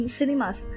cinemas